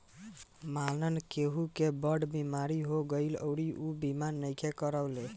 मानल केहु के बड़ बीमारी हो गईल अउरी ऊ बीमा नइखे करवले